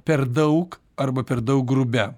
per daug arba per daug grubiam